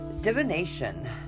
divination